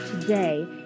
today